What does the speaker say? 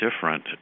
different